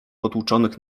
potłuczonych